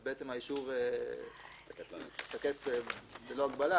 בעצם האישור תקף בלא הגבלה.